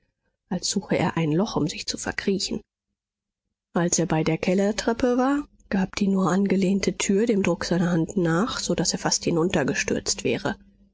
als suche er ein loch um sich zu verkriechen als er bei der kellertreppe war gab die nur angelehnte tür dem druck seiner hand nach so daß er fast hinuntergestürzt wäre